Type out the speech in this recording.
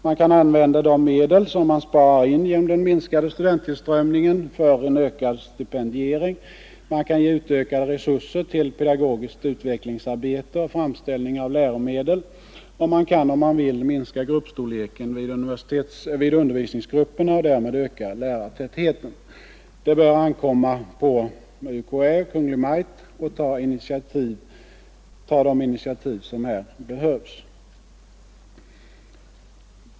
Man kan använda de medel som man sparar in genom den minskade studentillströmningen för en ökad stipendiering. Man kan ge ökade resurser till pedagogiskt utvecklingsarbete och framställning av läromedel, och man kan, om man vill, minska undervisningsgruppernas storlek och därmed öka lärartätheten. Det bör ankomma på Kungl. Maj:t att ta de initiativ som behövs.